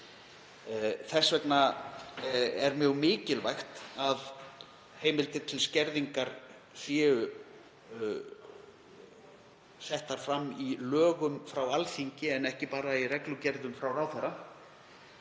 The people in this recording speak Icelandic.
Þess vegna er mjög mikilvægt að heimildir til skerðingar séu settar fram í lögum frá Alþingi en ekki bara í reglugerðum frá ráðherra.